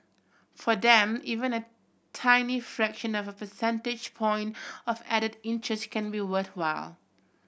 for them even a tiny fraction of a percentage point of added interest can be worthwhile